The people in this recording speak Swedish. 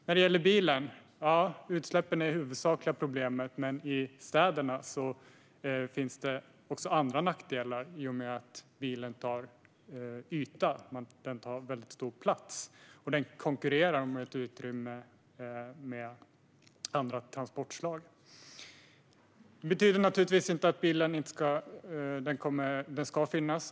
När det gäller bilen är utsläppen det huvudsakliga problemet, men i städerna finns det också andra nackdelar. Bilen tar väldigt stor plats och konkurrerar om utrymmet med andra transportslag. Det betyder naturligtvis inte att bilen inte ska finnas i framtiden.